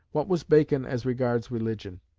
what was bacon as regards religion?